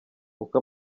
uko